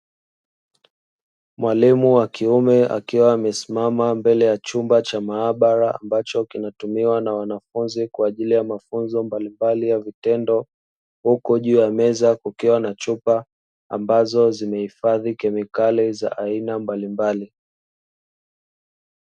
Mwalimu wakiume akiwa mbele ya chumba cha maabara ambacho kinatumika na wanafunzi kwa mafunzo ya vitendo. Huku juu ya meza kukiwa na chupa zilizohifadhi kemikali za aina mbalimbali.